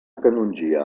canongia